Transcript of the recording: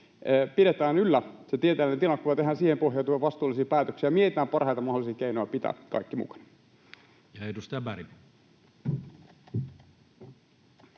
Pidetään yllä se tieteellinen tilannekuva ja tehdään siihen pohjautuvia vastuullisia päätöksiä, mietitään parhaita mahdollisia keinoja pitää kaikki mukana.